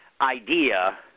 idea